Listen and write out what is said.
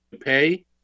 pay